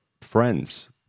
friends